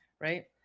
Right